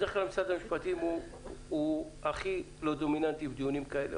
בדרך כלל משרד המשפטים הכי לא דומיננטי בדיונים כאלה,